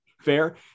Fair